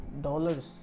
dollars